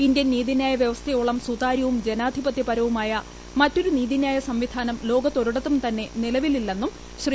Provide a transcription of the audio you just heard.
Indian നീതിന്ന്യായ വ്യവസ്ഥയോളം സുതാര്യവും ജനാധിപത്യപരവുമായ മറ്റൊരു നീതിന്ന്യായ സംവിധാനം ലോകത്തൊരിടത്തും തന്നെ നിലവിലില്ല എന്നും ശ്രീ